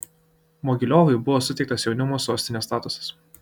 mogiliovui buvo suteiktas jaunimo sostinės statusas